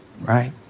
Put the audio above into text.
Right